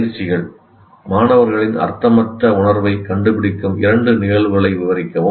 பயிற்சிகள் மாணவர்களின் அர்த்தமற்ற உணர்வைக் கண்டுபிடிக்கும் இரண்டு நிகழ்வுகளை விவரிக்கவும்